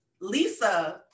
Lisa